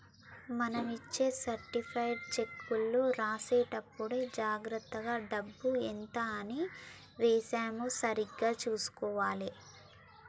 మనం ఇచ్చే సర్టిఫైడ్ చెక్కులో రాసేటప్పుడే జాగర్తగా డబ్బు ఎంత అని ఏశామో సరిగ్గా చుసుకోవాలే